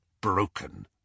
broken